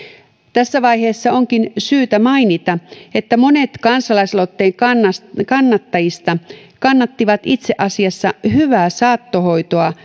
tässä vaiheessa onkin syytä mainita että monet kansalaisaloitteen kannattajista kannattajista kannattivat itse asiassa hyvää saattohoitoa